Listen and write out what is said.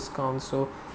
discount so